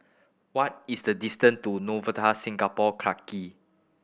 what is the distant to Novotel Singapore Clarke Quay